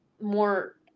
more